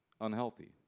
unhealthy